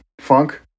Funk